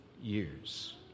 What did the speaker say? years